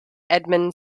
edmund